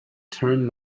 turned